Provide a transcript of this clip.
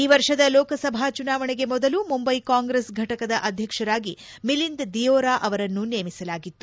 ಈ ವರ್ಷದ ಲೋಕಸಭಾ ಚುನಾವಣೆಗೆ ಮೊದಲು ಮುಂಬೈ ಕಾಂಗ್ರೆಸ್ ಫಟಕದ ಅಧ್ಯಕ್ಷರಾಗಿ ಮಿಲಿಂದ ದಿಯೋರಾ ಅವರನ್ನು ನೇಮಿಸಲಾಗಿತ್ತು